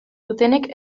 dutenek